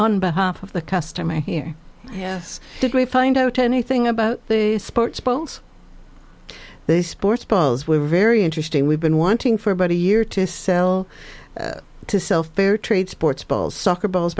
on behalf of the customer here yes did we find out anything about the sports bolz they sports balls we're very interesting we've been wanting for about a year to sell to sell fair trade sports balls soccer balls